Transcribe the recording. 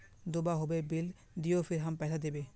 दूबा होबे बिल दियो फिर हम पैसा देबे?